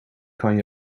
kan